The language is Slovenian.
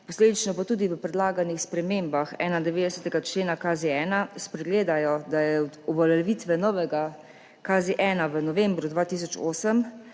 posledično pa tudi v predlaganih spremembah 91. člena KZ-1, spregledajo, da od uveljavitve novega KZ-1 v novembru 2008